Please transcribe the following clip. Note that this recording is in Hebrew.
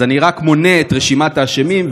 אז אני רק מונה את רשימת האשמים,